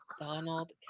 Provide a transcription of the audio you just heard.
Donald